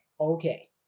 Okay